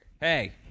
Hey